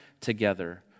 together